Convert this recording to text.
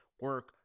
Work